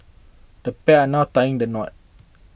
the pair are now tying the knot